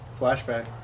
Flashback